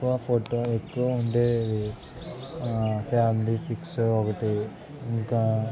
ఎక్కువ ఫోటో ఎక్కువ ఉండే ఫ్యామిలీ పిక్స్ ఒకటి ఇంకా